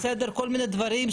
כל מיני דברים,